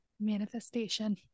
Manifestation